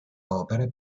opere